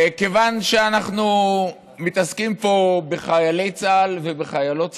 כיוון שאנחנו מתעסקים פה בחיילי צה"ל ובחיילות צה"ל,